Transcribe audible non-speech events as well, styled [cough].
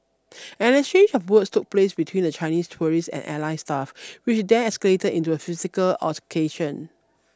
[noise] an exchange of words took place between the Chinese tourists and airline staff which then escalated into a physical altercation